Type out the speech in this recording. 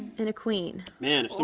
and a queen. man,